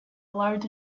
loud